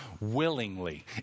willingly